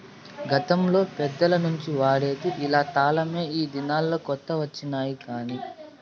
గతంలో పెద్దల నుంచి వాడేది ఇలా తలమే ఈ దినాల్లో కొత్త వచ్చినాయి కానీ